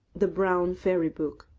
the brown fairy book,